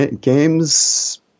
Games